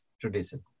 tradition